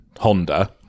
Honda